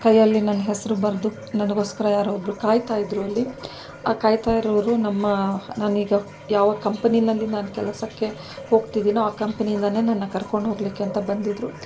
ಕೈಯ್ಯಲ್ಲಿ ನನ್ನ ಹೆಸರು ಬರೆದು ನನಗೋಸ್ಕರ ಯಾರೋ ಒಬ್ಬರು ಕಾಯ್ತಾಯಿದ್ರು ಅಲ್ಲಿ ಆ ಕಾಯ್ತಯಿರೋರು ನಮ್ಮ ನಾನೀಗ ಯಾವ ಕಂಪನಿಯಲ್ಲಿ ನಾನು ಕೆಲಸಕ್ಕೆ ಹೋಗ್ತಿದ್ದೀನೋ ಆ ಕಂಪ್ನಿಯಿಂದಲೇ ನನ್ನ ಕರ್ಕೊಂಡು ಹೋಗಲಿಕ್ಕೆ ಅಂತ ಬಂದಿದ್ದರು